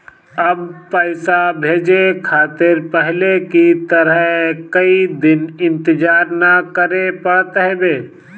अब पइसा भेजे खातिर पहले की तरह कई दिन इंतजार ना करेके पड़त हवे